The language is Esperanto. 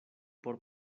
por